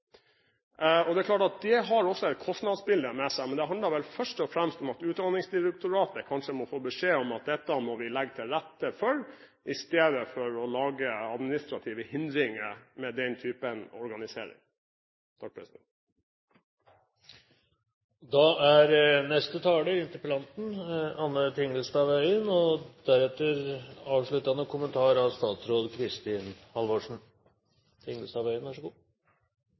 er klart at dette har også en kostnadsside, men det handler vel først og fremst om at Utdanningsdirektoratet kanskje må få beskjed om at dette må vi legge til rette for, i stedet for å lage administrative hindringer for den typen organisering.